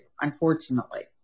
unfortunately